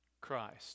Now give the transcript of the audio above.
Christ